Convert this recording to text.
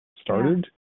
started